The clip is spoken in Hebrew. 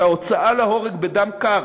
את ההוצאה להורג בדם קר